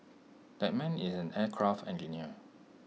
that man is an aircraft engineer